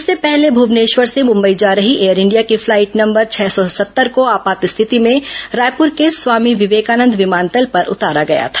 इससे पहले भुवनेश्वर से मुंबई जा रही एयर इंडिया की फ्लाइट नंबर छह सौ सत्तर को आपात स्थिति में रायपुर के स्वामी विवेकानंद विमानतल पर उतारा गया था